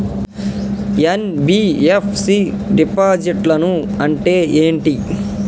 NBFC డిపాజిట్లను అంటే ఏంటి?